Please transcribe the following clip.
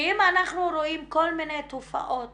אם אנחנו רואים כל מיני תופעות